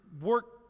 work